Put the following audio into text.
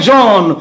John